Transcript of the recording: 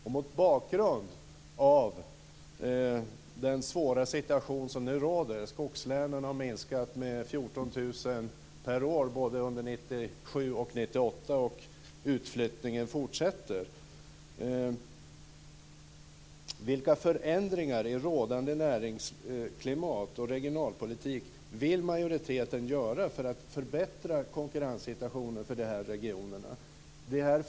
Och mot bakgrund av den svåra situation som nu råder - i skogslänen har antalet människor minskat med 14 000 per år både under 1997 och under 1998, och utflyttningen fortsätter - vill jag fråga: Vilka förändringar i rådande näringsklimat och regionalpolitik vill majoriteten göra för att förbättra konkurrenssituationen för dessa regioner?